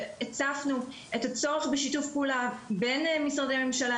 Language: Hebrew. והצפנו את הצורך בשיתוף פעולה בין משרדי ממשלה,